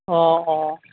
অঁ অঁ